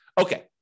Okay